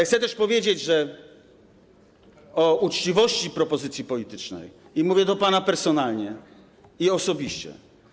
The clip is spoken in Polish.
Chcę też powiedzieć o uczciwości propozycji politycznej, i mówię do pana personalnie i osobiście.